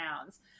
towns